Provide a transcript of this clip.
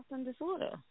disorder